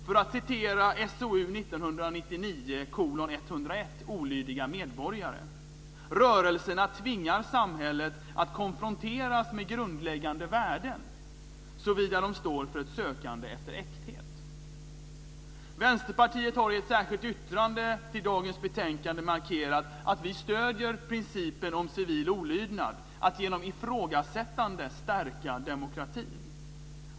För att citera SOU 1999:101 Olydiga medborgare: "Rörelserna tvingar samhället att konfronteras med grundläggande värden, såvida de står för ett sökande efter äkthet." Vänsterpartiet har i ett särskilt yttrande till dagens betänkande markerat att vi stöder principen om civil olydnad, att genom ifrågasättande stärka demokratin.